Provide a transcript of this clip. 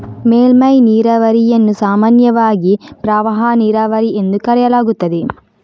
ಮೇಲ್ಮೈ ನೀರಾವರಿಯನ್ನು ಸಾಮಾನ್ಯವಾಗಿ ಪ್ರವಾಹ ನೀರಾವರಿ ಎಂದು ಕರೆಯಲಾಗುತ್ತದೆ